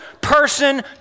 person